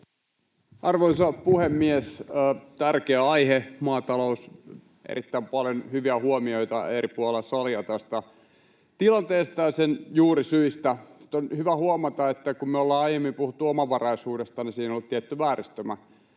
Arvoisa puhemies! Tärkeä aihe, maatalous, erittäin paljon hyviä huomioita eri puolilla salia tästä tilanteesta ja sen juurisyistä. Nyt on hyvä huomata, että kun me ollaan aiemmin puhuttu omavaraisuudesta, niin siinä on ollut tietty vääristymä.